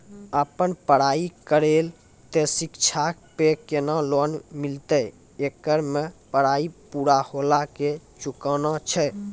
आप पराई करेव ते शिक्षा पे केना लोन मिलते येकर मे पराई पुरा होला के चुकाना छै?